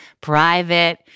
private